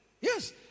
Yes